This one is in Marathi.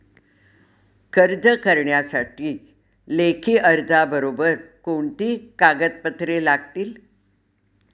कर्ज करण्यासाठी लेखी अर्जाबरोबर कोणती कागदपत्रे लागतील?